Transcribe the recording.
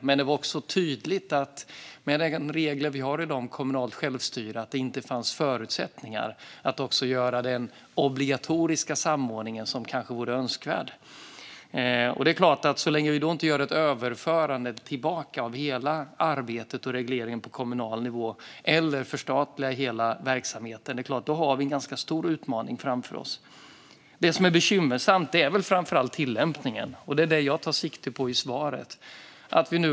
Men det var också tydligt att det med de regler vi har i dag, med kommunalt självstyre, inte fanns förutsättningar att göra den obligatoriska samordning som kanske vore önskvärd. Så länge vi inte för tillbaka hela arbetet och regleringen på kommunal nivå eller förstatligar hela verksamheten är det klart att vi har en ganska stor utmaning framför oss. Det som är bekymmersamt är väl framför allt tillämpningen, och det är det jag tar sikte på i svaret.